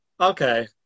Okay